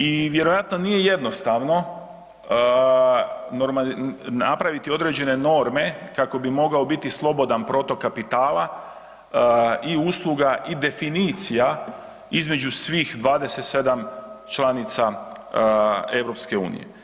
I vjerojatno nije jednostavno napraviti određene norme kako bi mogao biti slobodan protok kapitala i usluga i definicija između svih 27 članica EU.